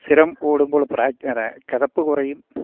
സ്ഥിരം ഓടുമ്പോൾ പ്രാറ്റ് അല്ല കിതപ്പ് കുറയും